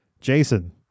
Jason